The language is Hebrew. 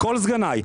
כל סגניי,